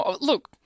look –